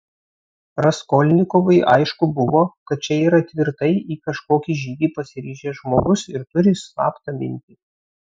raskolnikovui aišku buvo kad čia yra tvirtai į kažkokį žygį pasiryžęs žmogus ir turi slaptą mintį